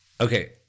okay